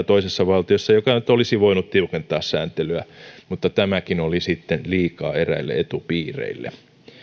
toisessa valtiossa joka nyt olisi voinut tiukentaa sääntelyä mutta tämäkin oli sitten liikaa eräille etupiireille